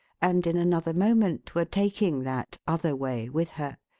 and in another moment were taking that other way with her,